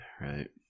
Right